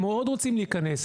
הם מאוד רוצים להיכנס,